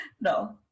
No